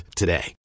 today